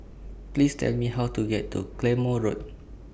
Please Tell Me How to get to Claymore Road